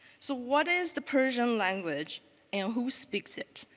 so what is the persian language and who speaks it?